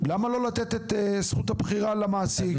למה לא לתת את זכות הבחירה למעסיק,